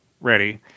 ready